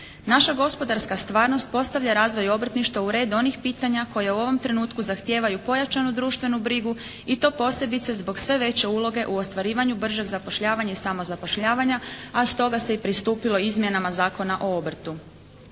Naša gospodarska stvarnog postavlja razvoj obrtništva u red onih pitanja koja u ovom trenutku zahtijevaju pojačanu društvenu brigu i to posebice zbog sve veće uloge u ostvarivanju bržeg zapošljavanja i samozapošljavanja, a stoga se i pristupilo izmjenama Zakona o obrtu.